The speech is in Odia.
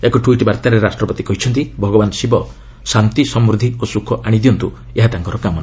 ଏକ ଟ୍ୱିଟ୍ ବାର୍ତ୍ତାରେ ରାଷ୍ଟ୍ରପତି କହିଛନ୍ତି ଭଗବାନ୍ ଶିବ ଶାନ୍ତି ସମୃଦ୍ଧି ଓ ସୁଖ ଆଶିଦିଅନ୍ତୁ ଏହା ତାଙ୍କର କାମନା